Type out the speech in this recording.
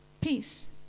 peace